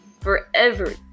forever